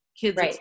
kids